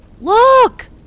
Look